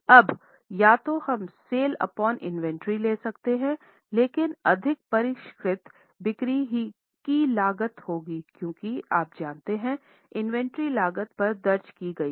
अब या तो हम सेल्स अपॉन इन्वेंट्री ले सकते हैं लेकिन अधिक परिष्कृत बिक्री की लागत होगी क्योंकि आप जानते हैं इन्वेंट्री लागत पर दर्ज की गई है